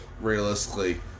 realistically